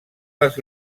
les